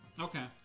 Okay